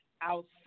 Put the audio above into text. Outside